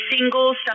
single